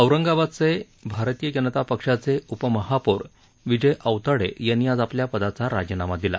औरंगाबादचे भारतीय जनता पक्षाचे उपमहापौर विजय औताडे यांनी आज आपल्या पदाचा राजीनामा दिला